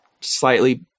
slightly